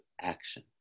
action